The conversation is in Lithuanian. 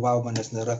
vau manęs nėra